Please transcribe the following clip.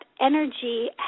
energy